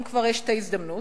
אם כבר יש ההזדמנות,